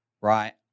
right